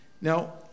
Now